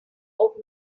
old